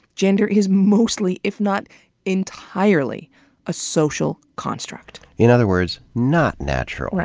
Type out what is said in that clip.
gender is mostly if not entirely a social construct. in other words, not natural.